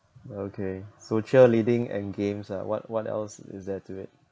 okay so cheerleading and games lah what what else is there to it